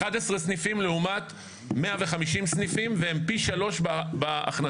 11 סניפים לעומת 150 סניפים והם פי 3 בהכנסה,